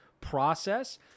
process